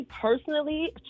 personally